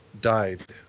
died